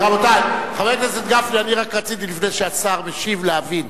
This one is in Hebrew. חבר הכנסת גפני, רק רציתי, לפני שהשר משיב, להבין.